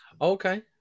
Okay